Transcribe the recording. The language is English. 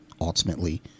ultimately